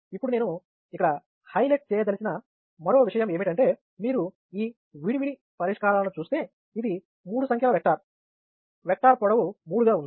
ఇప్పుడు నేను ఇక్కడ హైలైట్ చేయదలిచిన మరో విషయం ఏమిటంటే మీరు ఈ విడి విడి పరిష్కారాలను చూస్తే ఇది మూడు సంఖ్యల వెక్టర్ వెక్టర్ పొడవు మూడు గా ఉంది